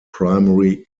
primary